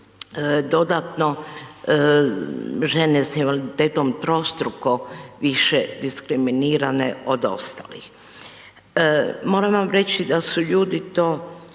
dodatno žene sa invaliditetom trostruko više diskriminirane od ostalih. Moram vam reći da su ljudi to